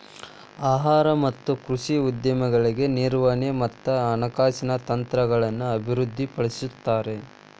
ಆಹಾರ ಮತ್ತ ಕೃಷಿ ಉದ್ಯಮಗಳಿಗೆ ನಿರ್ವಹಣೆ ಮತ್ತ ಹಣಕಾಸಿನ ತಂತ್ರಗಳನ್ನ ಅಭಿವೃದ್ಧಿಪಡಿಸ್ತಾರ